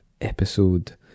episode